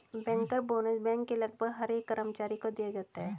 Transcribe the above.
banker bonus bank के लगभग हर एक कर्मचारी को दिया जाता है